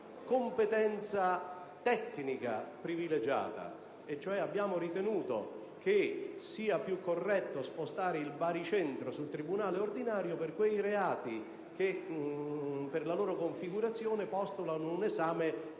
competenza tecnica privilegiata, cioè abbiamo ritenuto che sia più corretto spostare il baricentro sul tribunale ordinario per quei reati che per la loro configurazione postulano un esame